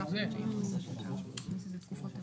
6 דירות לפחות,